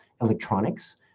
Electronics